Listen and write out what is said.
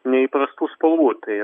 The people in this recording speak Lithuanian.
neįprastų spalvų tai